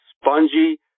spongy